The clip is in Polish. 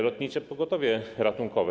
Lotnicze Pogotowie Ratunkowe.